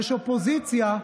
יש אופוזיציה,